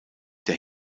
der